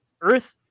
Earth